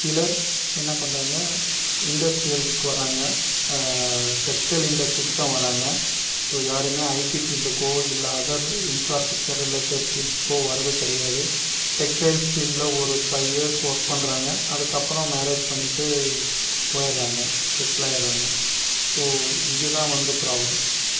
சிலர் என்ன பண்ணுறாங்க இண்டஸ்ரியல்ஸுக்கு வராங்க டெக்ஸ்டைல் இண்டஸ்ரிஸ்ஸுக்கு தான் வராங்க ஸோ யாருமே ஐடி ஃபீல்டுக்கோ இல்லை அதர் இன்ஃப்ராஸ்ட்ரெச்சர் ரிலேட்டட் ஃபீல்ஸுக்கோ வரது கிடையாது டெக்ஸ்டைல்ஸ் ஃபீல்டில் ஒரு ஃபைவ் இயர்ஸ் ஒர்க் பண்ணுறாங்க அதற்கப்புறம் மேரேஜ் பண்ணிவிட்டு போயிடுறாங்க செட்டில் ஆயிடுறாங்க ஸோ இது தான் வந்து ப்ராப்ளம்